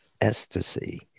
ecstasy